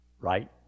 Right